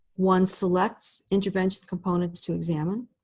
one selects intervention components to examine.